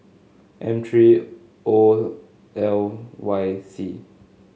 M three O L Y C